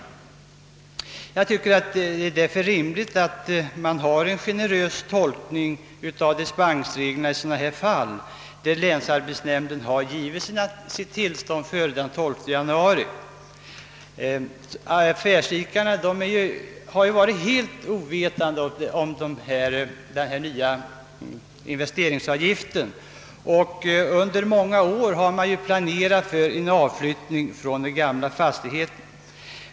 Därför tycker jag det är rimligt att man tolkar dispensreglerna generöst i sådana fall, där länsarbetsnämnden har givit sitt tillstånd före den 12 januari. Affärsidkarna har ju varit helt ovetande om den nya investeringsavgiften, och de har under många år planerat för en avflyttning från den gamla fastigheten.